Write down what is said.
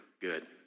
good